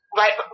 right